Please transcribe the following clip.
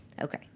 Okay